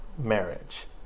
marriage